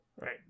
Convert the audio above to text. Right